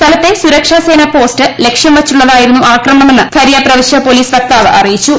സ്ഥലത്തെ സുരക്ഷാസേന്റ് പോസ്റ്റ് ലക്ഷ്യം വച്ചുള്ളതായിരുന്നു ആക്രമണമെന്ന് ഫര്യാ്ബ് പ്ര്പ്വിശ്യ പോലീസ് വക്താവ് അറിയിച്ചു